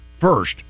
First